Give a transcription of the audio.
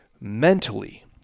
mentally